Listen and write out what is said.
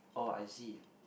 oh I see